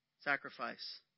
sacrifice